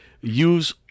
use